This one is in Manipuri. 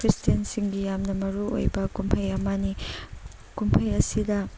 ꯈ꯭ꯔꯤꯁꯇꯦꯟꯁꯤꯡꯒꯤ ꯌꯥꯝꯅ ꯃꯔꯨꯑꯣꯏꯕ ꯀꯨꯝꯍꯩ ꯑꯃꯅꯤ ꯀꯨꯝꯍꯩ ꯑꯁꯤꯗ